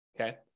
okay